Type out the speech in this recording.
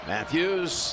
Matthews